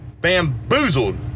bamboozled